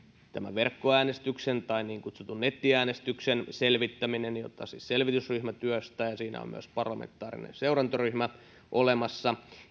verkkoäänestyksen niin kutsutun nettiäänestyksen selvittäminen jota siis selvitysryhmä työstää ja siinä on myös parlamentaarinen seurantaryhmä olemassa